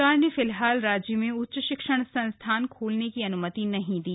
सरकार ने फिलहाल राज्य में उच्च शिक्षण संस्थान खोलने की अन्मति नहीं दी